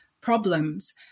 problems